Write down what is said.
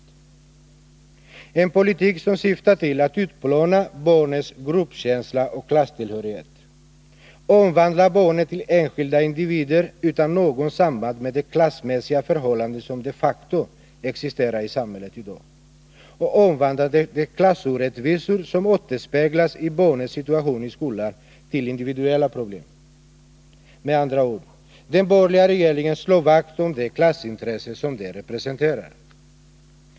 Det är en politik som syftar till att utplåna barnens gruppkänsla och klasstillhörighet, till att omvandla barnen till enskilda individer utan något samband med de klassmässiga förhållanden som de facto existerar i samhället i dag och till att omvandla de klassorättvisor som återspeglas i barnens situation i skolan till individuella problem. Med andra ord: den borgerliga regeringen slår vakt om de klassintressen som den representerar.